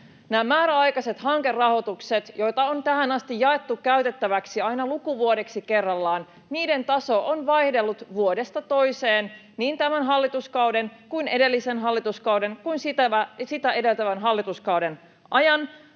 Näiden määräaikaisten hankerahoituksien taso, joita on tähän asti jaettu käytettäväksi aina lukuvuodeksi kerrallaan, on vaihdellut vuodesta toiseen niin tämän hallituskauden kuin edellisen hallituskauden kuin sitä edeltävän hallituskauden ajan.